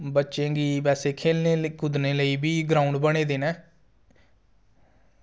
बच्चें लेई वैसे खेलने कुदने लेई बी ग्राऊंड बने दे न